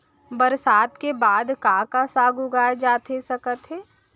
बरसात के बाद का का साग उगाए जाथे सकत हे?